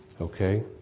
Okay